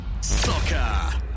Soccer